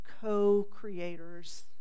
co-creators